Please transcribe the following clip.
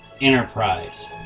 Enterprise